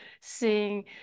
seeing